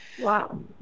Wow